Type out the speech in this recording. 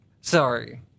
sorry